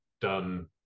done